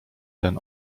ten